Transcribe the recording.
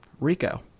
Rico